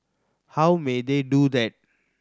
how may they do that